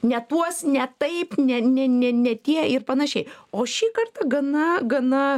ne tuos ne taip ne ne ne ne tie ir panašiai o šį kartą gana gana